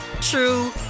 true